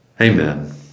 Amen